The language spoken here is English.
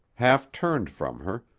half-turned from her,